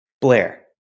Blair